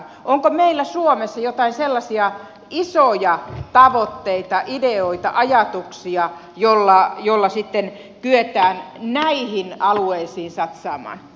onko meillä suomessa joitain sellaisia isoja tavoitteita ideoita ajatuksia joilla sitten kyetään näihin alueisiin satsaamaan